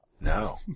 No